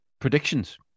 predictions